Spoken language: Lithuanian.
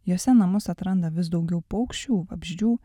jose namus atranda vis daugiau paukščių vabzdžių